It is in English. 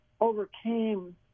overcame